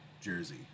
jersey